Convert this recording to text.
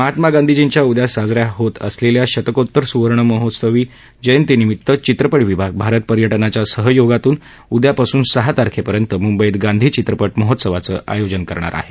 महात्मा गांधींजीच्या उदया साजऱ्या होत असलेल्या शतकोत्तर सूवर्णमहोत्सवी जयंतिनिमित चित्रपट विभाग भारत पर्यटनाच्या सहयोगातून उदयापासून सहा तारखेपर्यंत मुंबईत गांधी चित्रपट महोत्सवाचं आयोजन करणार आहे